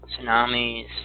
tsunamis